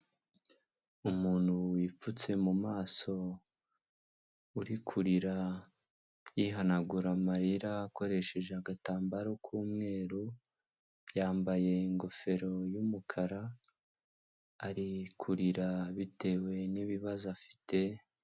Umuntu wipfutse mu maso uri kurira yihanagura amarira akoresheje agatambaro k'umweru, yambaye ingofero y'umukara ari kurira bitewe n'ibibazo afite.